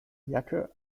jacke